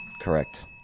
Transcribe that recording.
Correct